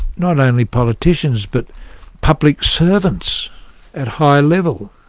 not only politicians but public servants at high level.